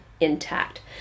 intact